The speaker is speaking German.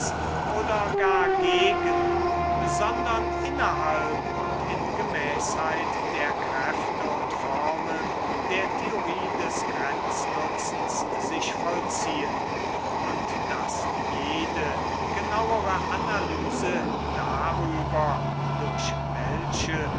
oder gar gegen sondern innerhalb und in gemäßheit der kräfte und formeln der theorie des grenznutzens sich vollziehen und daß jede genauere analyse darüber durch welche